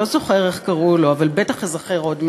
לא זוכר איך קראו לו אבל בטח אזכר עוד מעט,